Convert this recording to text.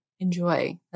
Enjoy